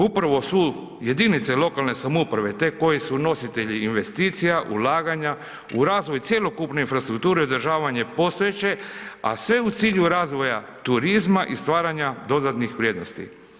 Upravo su jedinice lokalne samouprave te koje su nositelji investicija, ulaganja u razvoj cjelokupne infrastrukture i održavanja postojeće, a sve u cilju razvoja turizma i stvaranja dodatnih vrijednosti.